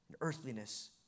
earthliness